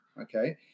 okay